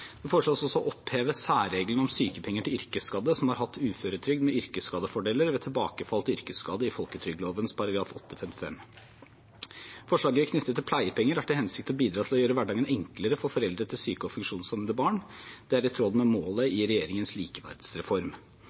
Det foreslås også å oppheve særregelen om sykepenger til yrkesskadde som har hatt uføretrygd med yrkesskadefordeler ved tilbakefall av yrkesskade, i folketrygdloven § 8-55. Forslagene knyttet til pleiepenger har til hensikt å bidra til å gjøre hverdagen enklere for foreldre til syke og funksjonshemmede barn. Det er i tråd med målet i regjeringens likeverdsreform.